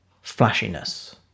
flashiness